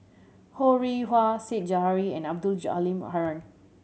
Ho Rih Hwa Said Zahari and Abdul Halim Haron